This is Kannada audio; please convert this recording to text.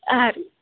ಹಾಂ ರಿ